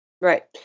right